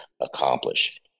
accomplish